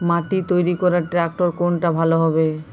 মাটি তৈরি করার ট্রাক্টর কোনটা ভালো হবে?